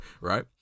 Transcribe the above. right